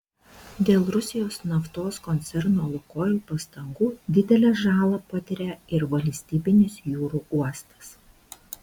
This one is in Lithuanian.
dėl rusijos naftos koncerno lukoil pastangų didelę žalą patiria ir valstybinis jūrų uostas